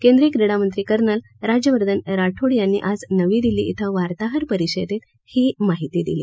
केंद्रीय क्रीडामंत्री कर्नल राज्यवर्धन राठोड यांनी आज नवी दिल्ली इथं वार्ताहर परिषदेत ही माहिती दिली